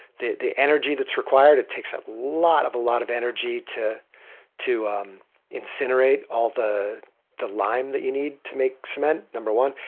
the the energy that's required, it takes a lot of lot of energy to to um incinerate all the the lime that you need to make cement, number one.